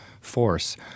force